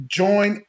join